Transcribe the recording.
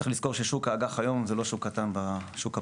צריך לזכור ששוק האג"ח אינו שוק קטן בשוק הפרטי,